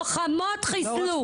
לוחמות חיסלו.